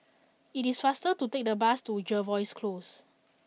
it is faster to take the bus to Jervois Close